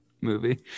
movie